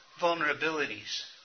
vulnerabilities